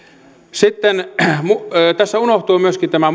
sitten tässä unohtui myöskin tämä